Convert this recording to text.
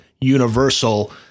universal